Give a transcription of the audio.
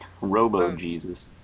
Robo-Jesus